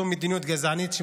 אנחנו